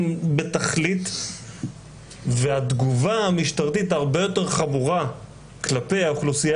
בתכלית והתגובה המשטרתית הרבה יותר חמורה כלפי האוכלוסייה